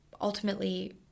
ultimately